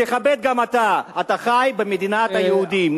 תכבד גם אתה, אתה חי במדינת היהודים.